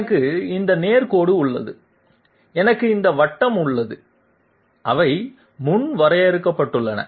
எனக்கு இந்த நேர் கோடு உள்ளது எனக்கு இந்த வட்டம் உள்ளது அவை முன் வரையறுக்கப்பட்டுள்ளன